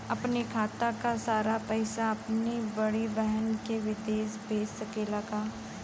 अपने खाते क सारा पैसा अपने बड़ी बहिन के विदेश भेज सकीला का?